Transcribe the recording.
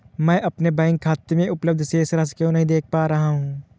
मैं अपने बैंक खाते में उपलब्ध शेष राशि क्यो नहीं देख पा रहा हूँ?